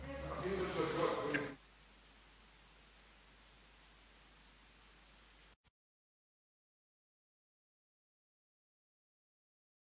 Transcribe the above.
Hvala vam